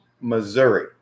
missouri